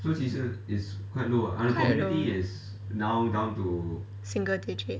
quite low single digit